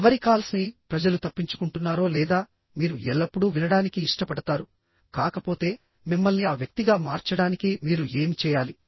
ఎవరి కాల్స్ని ప్రజలు తప్పించు కుంటున్నారో లేదా మీరు ఎల్లప్పుడూ వినడానికి ఇష్టపడతారు కాకపోతే మిమ్మల్ని ఆ వ్యక్తిగా మార్చడానికి మీరు ఏమి చేయాలి